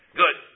good